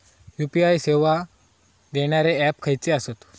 UPI सेवा देणारे app खयचे आसत?